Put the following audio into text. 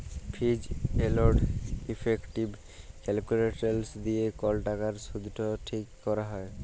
fees and effective calculations দিয়ে কল টাকার শুধট ঠিক ক্যরা হ্যয়